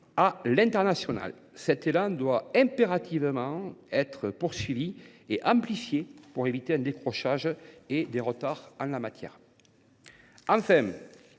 internationale. Cet élan doit impérativement être poursuivi et amplifié pour éviter un décrochage et des retards en la matière. Enfin,